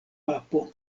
papo